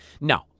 no